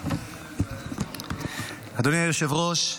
אדוני היושב-ראש,